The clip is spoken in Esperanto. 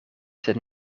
sed